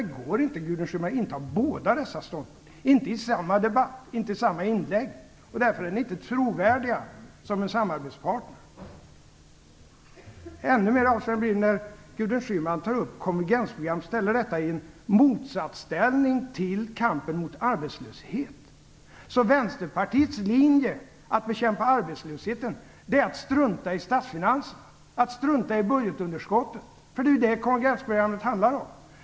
Det går inte, Gudrun Schyman, att ha båda dessa ståndpunkter, inte i samma debatt, inte i samma inlägg. Därför är ni inte trovärdiga som samarbetspartner. Ännu mer avlägset blir det när Gudrun Schyman tar upp och ställer konvergensprogrammet i en motsatsställning till kampen mot arbetslöshet. Vänsterpartiets linje när det gäller att bekämpa arbetslösheten är att strunta i statsfinanserna, att strunta i budgetunderskottet. Det är det som konvergensprogrammet handlar om.